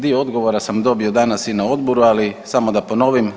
Dio odgovora sam dobio danas i na odboru, ali samo da ponovim.